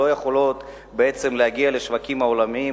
לא יכולות להגיע לשווקים העולמיים.